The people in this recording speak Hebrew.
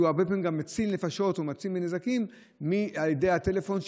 שהרבה פעמים הוא מציל נפשות או מציל מנזקים על ידי הטלפון.